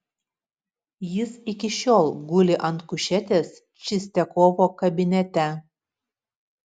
jis iki šiol guli ant kušetės čistiakovo kabinete